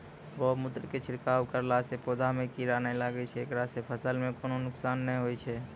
गोमुत्र के छिड़काव करला से पौधा मे कीड़ा नैय लागै छै ऐकरा से फसल मे कोनो नुकसान नैय होय छै?